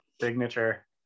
signature